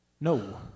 No